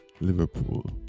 Liverpool